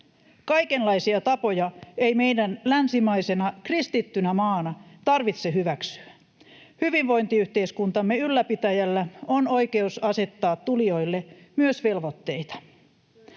Kaikenlaisia tapoja ei meidän länsimaisena kristittynä maana tarvitse hyväksyä. Hyvinvointiyhteiskuntamme ylläpitäjällä on oikeus asettaa tulijoille myös velvoitteita.